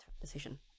decision